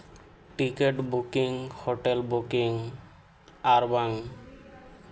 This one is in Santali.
ᱴᱤᱠᱤᱴ ᱵᱩᱠᱤᱝ ᱦᱳᱴᱮᱹᱞ ᱵᱩᱠᱤᱝ ᱟᱨ ᱵᱟᱝ